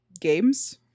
games